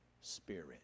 spirit